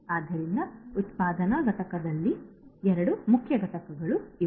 ಆದ್ದರಿಂದ ಉತ್ಪಾದನಾ ಘಟಕದಲ್ಲಿನ 2 ಮುಖ್ಯ ಘಟಕಗಳು ಇವು